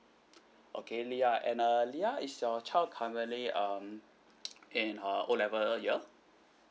okay lia and uh lia is your child currently um in uh O level year